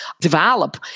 develop